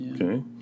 Okay